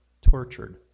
tortured